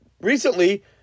recently